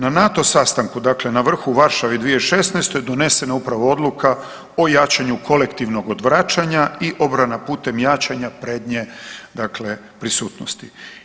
Na NATO sastanku, dakle na vrhu u Varšavi 2016., donesena je upravo odluka o jačanju kolektivnog odvraćanja i obrana putem jačanja prednje dakle prisutnosti.